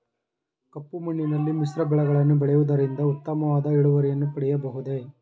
ಕಪ್ಪು ಮಣ್ಣಿನಲ್ಲಿ ಮಿಶ್ರ ಬೆಳೆಗಳನ್ನು ಬೆಳೆಯುವುದರಿಂದ ಉತ್ತಮವಾದ ಇಳುವರಿಯನ್ನು ಪಡೆಯಬಹುದೇ?